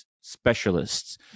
specialists